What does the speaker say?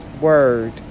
word